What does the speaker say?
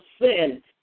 sin